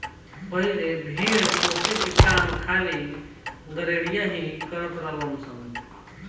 पहिले भेड़ पोसे के काम खाली गरेड़िया ही करत रलन सन